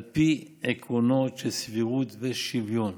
על פי עקרונות של סבירות ושוויון.